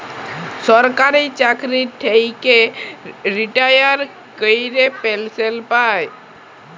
সরকারি চাকরি থ্যাইকে রিটায়ার ক্যইরে পেলসল পায়